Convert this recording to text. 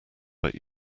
but